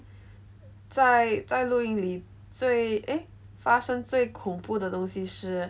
在在露营里最 eh 发生最恐怖的东西是